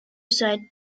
side